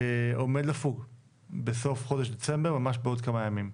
עומד לפוג בסוף חודש דצמבר, ממש בעוד כמה ימים,